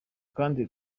kandi